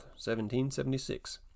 1776